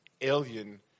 alien